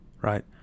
Right